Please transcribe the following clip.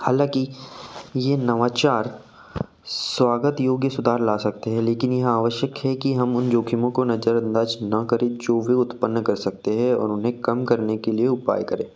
हालांकि ये नवाचार स्वागत योग्य सुधार ला सकते हैं लेकिन यहाँ आवश्यक है कि हम उन जोखिमों को नज़रअंदाज़ ना करें जो वे उत्पन्न कर सकते हैं और उन्हें कम करने के लिए उपाय करें